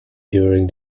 during